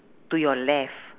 to your left